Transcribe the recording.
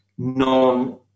non